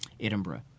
Edinburgh